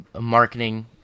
marketing